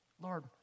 Lord